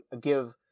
give